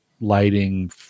lighting